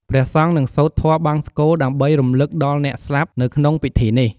ព្រះសង្ឃនឹង សូត្រធម៌បង្សុកូល ដើម្បីរំលឹកដល់អ្នកស្លាប់នៅក្នុងពិធីនេះ។